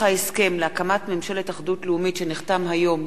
ההסכם להקמת ממשלת אחדות לאומית שנחתם היום,